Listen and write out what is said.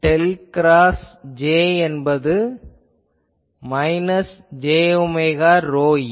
del cross J என்பது minus j omega ρe